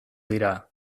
dira